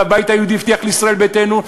והבית היהודי הבטיח לישראל ביתנו,